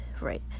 right